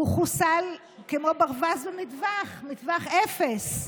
הוא חוסל כמו ברווז במטווח, מטווח אפס.